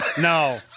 no